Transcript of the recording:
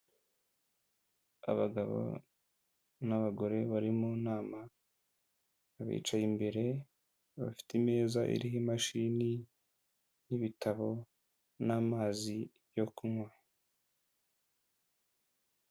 Abagabo n'abagore bari mu nama, abicaye imbere bafite imeza iriho imashini, n'ibitabo, n'amazi yo kunywa.